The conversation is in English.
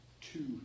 two